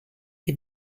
che